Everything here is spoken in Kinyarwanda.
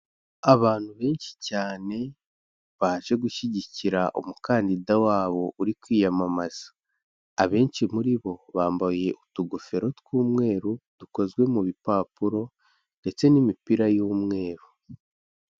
Abantu benshi cyane, baje gushyigikira umukandida wabo uri kwiyamamaza, abenshi muri bo bambaye utugofero tw'umweru, dukozwe mu bipapuro ndetse n'imipira y'umweru.